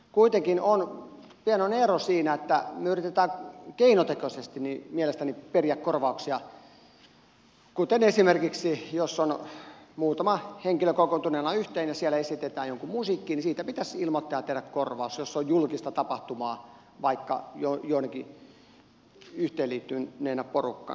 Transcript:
kuitenkin on pienoinen ero siinä että me yritämme keinotekoisesti mielestäni periä korvauksia kuten esimerkiksi että jos on muutama henkilö kokoontuneena yhteen ja siellä esitetään jonkun musiikkia niin siitä pitäisi ilmoittaa ja tehdä korvaus jos se on julkista tapahtumaa vaikka joidenkin yhteen liittyneenä porukkana